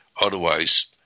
Otherwise